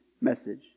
message